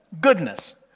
Goodness